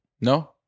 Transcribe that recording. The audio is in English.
No